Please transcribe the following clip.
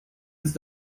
ins